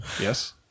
Yes